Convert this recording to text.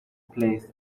place